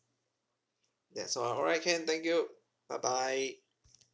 that's all lah alright can thank you bye bye